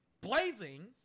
blazing